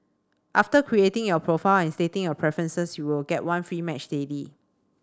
after creating your profile and stating your preferences you will get one free match daily